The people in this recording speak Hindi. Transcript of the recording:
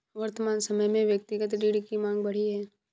वर्तमान समय में व्यक्तिगत ऋण की माँग बढ़ी है